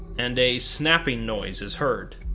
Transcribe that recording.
and a snapping noise is heard.